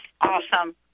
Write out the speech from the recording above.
awesome